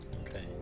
Okay